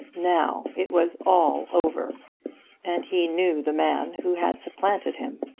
now it was all over and he knew the man who had supplanted him!